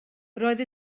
roedd